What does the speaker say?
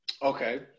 Okay